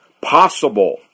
possible